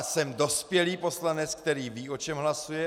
Jsem dospělý poslanec, který ví, o čem hlasuje.